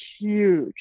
huge